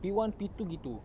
P one P two begitu